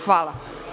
Hvala.